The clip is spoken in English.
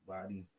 Body